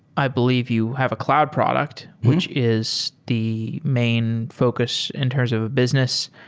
i believe you have a cloud product, which is the main focus in terms of a business.